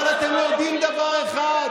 אבל אתם יודעים דבר אחד,